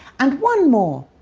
and one more.